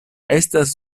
estas